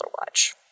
watch